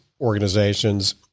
organizations